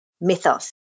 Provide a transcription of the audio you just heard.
mythos